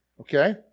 okay